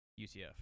UCF